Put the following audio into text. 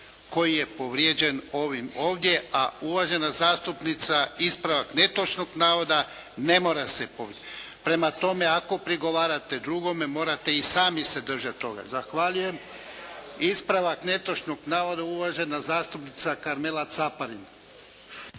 koji je povrijeđen ovim ovdje. A uvažena zastupnica ispravak netočnog navoda ne mora se pozvati. Prema tome, ako prigovarate drugome, morate i sami se držati toga. Zahvaljujem. Ispravak netočnog navoda uvažena zastupnica Karmela Caparin.